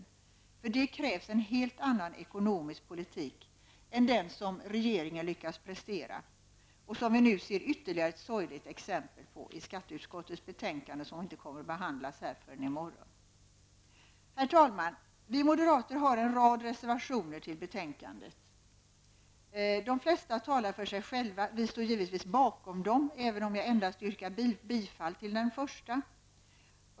I det avseendet krävs det en helt annan ekonomisk politik än den som regeringen lyckas prestera och som vi nu får ytterligare ett sorgligt exempel på i det betänkande från skatteutskottet som kommer att behandlas här i morgon. Herr talman! Vi moderater har en rad reservationer som är fogade till betänkandet. De flesta talar för sig själva. Vi står givetvis bakom alla våra reservationer, även om jag endast yrkar bifall till den första.